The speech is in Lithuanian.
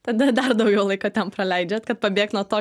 tada dar daugiau laiko ten praleidžiat kad pabėgt nuo to